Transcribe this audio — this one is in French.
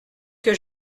que